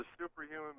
superhuman